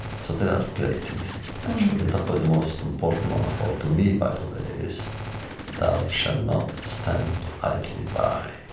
so there are great things actually and, of course, the most important one of all, to me, by the way, is thou shall not stand idly by.